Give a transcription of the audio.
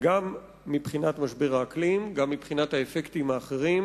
גם מבחינת משבר האקלים וגם מבחינת האפקטים האחרים